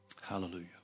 hallelujah